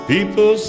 People